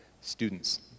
students